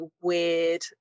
weird